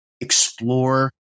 explore